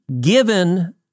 given